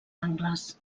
angles